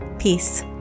Peace